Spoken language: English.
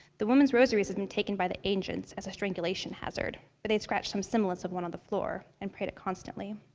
the women's rosaries had been taken by the agents as a strangulation hazard, but they'd scratched some semblance of one into the floor and prayed it constantly.